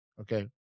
Okay